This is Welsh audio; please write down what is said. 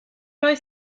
oedd